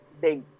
big